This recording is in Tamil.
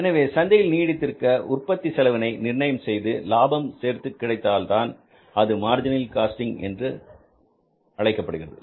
எனவே சந்தையில் நீடித்திருக்க உற்பத்தி செலவினை நிர்ணயம் செய்து லாபம் சேர்த்து கிடைத்தால்தான் அது மார்ஜினல் காஸ்டிங் என்று அழைக்கப்படுகிறது